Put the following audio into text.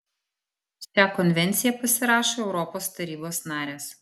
šią konvenciją pasirašo europos tarybos narės